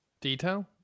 Detail